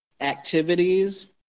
activities